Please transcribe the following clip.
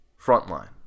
Frontline